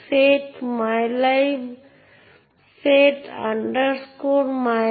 sudo এবং su একটি নির্দিষ্ট ব্যবহারকারীকে একটি নির্দিষ্ট প্রক্রিয়ার সুযোগ সুবিধাগুলি বাদ দিতে দেয়